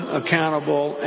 accountable